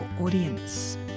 audience